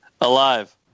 Alive